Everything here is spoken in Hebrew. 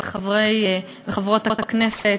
חברי וחברות הכנסת,